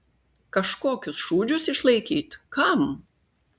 kažkokius šūdžius išlaikyt kam